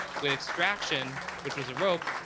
we had extraction, which was a rope.